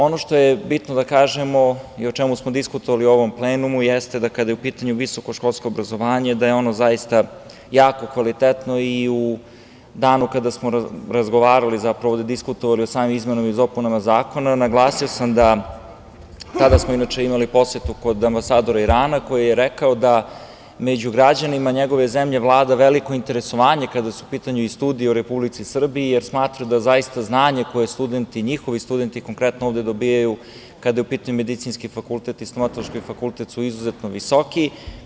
Ono što je bitno da kažemo i o čemu smo diskutovali u ovom plenumu, jeste da kada je u pitanju visokoškolsko obrazovanje da je ono zaista jako kvalitetno i u danu kada smo razgovarali, diskutovali o samim izmenama i dopunama zakona, tada smo inače, imali posetu kod ambasadora Irana, koji je rekao da među građanima njegove zemlje vlada veliko interesovanje kada su u pitanju i studije u Republici Srbiji, jer smatra da zaista znanje koje njihovi studenti konkretno ovde dobijaju, kada je u pitanju Medicinski fakultet i Stomatološki fakultet su izuzetno visoki.